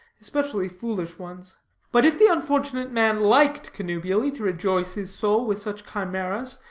especially foolish ones but if the unfortunate man liked connubially to rejoice his soul with such chimeras,